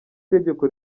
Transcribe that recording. tegeko